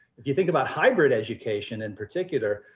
if you think about hybrid education in particular,